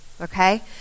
okay